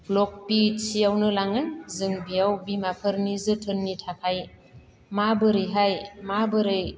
block पिएचसियावनो लाङो जों बियाव बिमाफोरनि जोथोननि थाखाय माबोरैहाय माबोरै